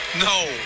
No